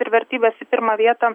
ir vertybes į pirmą vietą